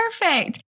Perfect